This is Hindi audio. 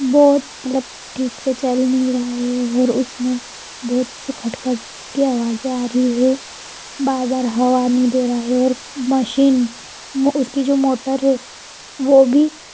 बहुत मतलब ठीक से चल नहीं रहा है और उसमें बहुत से खटखट की आवाजें आ रही है बार बार हवा नहीं दे रहा है और मशीन उसकी जो मोटर है वह भी